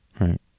right